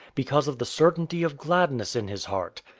because of the certainty of gladness in his heart.